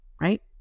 right